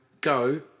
go